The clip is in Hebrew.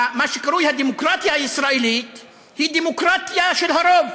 מה שקרוי הדמוקרטיה הישראלית הוא דמוקרטיה של הרוב,